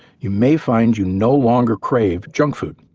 you may find you no longer crave junk food,